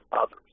others